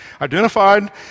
Identified